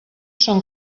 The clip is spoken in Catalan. són